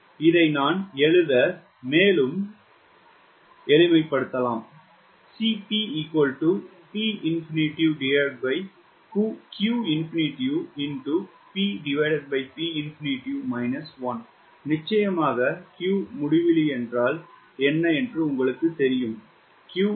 இதை நான் எழுத மேலும் எளிமைப்படுத்தலாம் நிச்சயமாக q முடிவிலி என்றால் என்ன என்று உங்களுக்குத் தெரியுமா